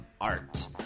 art